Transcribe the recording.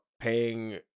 paying